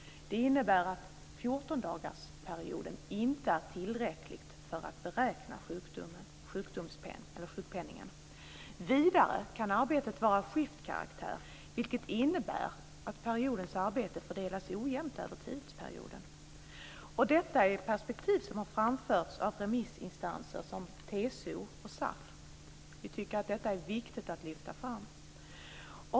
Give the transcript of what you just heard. Det innebär att fjortondagarsperioden inte är tillräcklig för att beräkna sjukpenningen. Vidare kan arbetet vara av skiftkaraktär, vilket innebär att periodens arbete fördelas ojämnt över tidsperioden. Detta är ett perspektiv som har förts fram av remissinstanser som TCO och SAF. Vi tycker att detta är viktigt att lyfta fram.